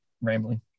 rambling